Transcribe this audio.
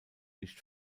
nicht